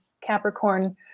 Capricorn